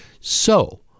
So-